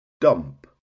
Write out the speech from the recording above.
dump